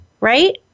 right